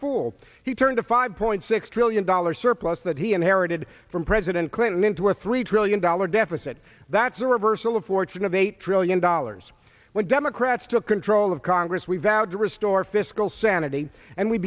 fool he turned a five point six trillion dollar surplus that he inherited from president clinton in two or three trillion dollar deficit that's a reversal of fortune of eight trillion dollars when democrats took control of congress we vowed to restore fiscal sanity and we